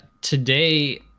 today